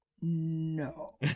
No